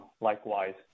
likewise